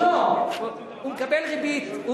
לא, הוא מקבל ריבית.